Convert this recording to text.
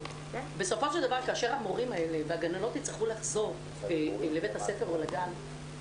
בסופו של דבר כאשר המורים והגננות האלה יצטרכו לחזור לבית הספר או לגן,